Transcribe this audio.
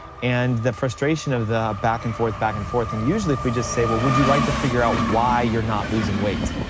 and the frustration of the back and forth, back and forth, and usually if we just say well, would you like to figure out why you're not losing weight?